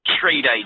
trade